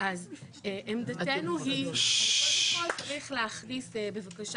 אז עמדתנו היא שקודם כל צריך להכניס בבקשה